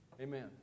Amen